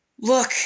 look